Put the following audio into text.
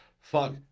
fuck